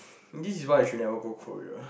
this is why you should never go Korea